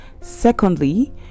Secondly